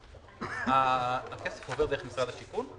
אין התייחסות בכלל.